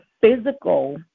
physical